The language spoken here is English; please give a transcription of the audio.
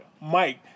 Mike